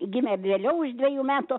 gimė vėliau iš dvejų metų